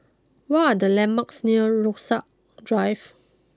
what are the landmarks near Rasok Drive